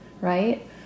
right